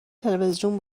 تلویزیون